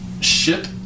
ship